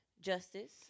justice